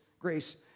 grace